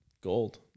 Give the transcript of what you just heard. gold